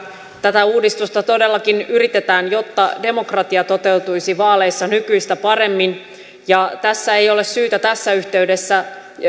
tätä uudistusta todellakin yritetään jotta demokratia toteutuisi vaaleissa nykyistä paremmin tässä ei ole syytä tässä yhteydessä